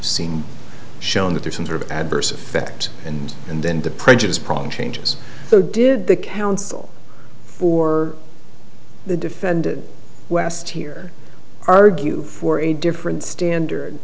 scene shown that there's some sort of adverse effect and and then the prejudice problem changes so did the council for the defended west here argue for a different standard